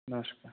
नमस्कार